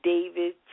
David